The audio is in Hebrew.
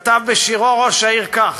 כתב בשירו "ראש העיר" כך: